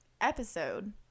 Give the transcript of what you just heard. episode